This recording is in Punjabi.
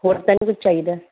ਹੋਰ ਤਾਂ ਨਹੀਂ ਕੁਛ ਚਾਹੀਦਾ